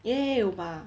ya ya 有吧